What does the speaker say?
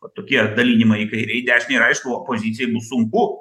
o tokie dalinimai į kairę į dešinę yra aišku opozicijai bus sunku